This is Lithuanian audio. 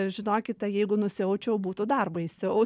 žinokite jeigu nusiaučiau būtų dar baisiau